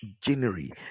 January